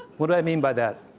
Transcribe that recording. what do i mean by that?